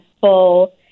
full